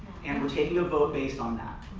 and we're taking a vote based on that.